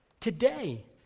Today